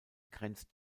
grenzt